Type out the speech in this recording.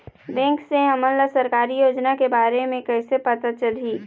Bank से हमन ला सरकारी योजना के बारे मे कैसे पता चलही?